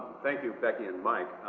thank you becky and mike.